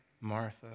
Martha